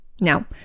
now